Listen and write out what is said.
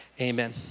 amen